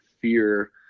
fear